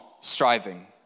striving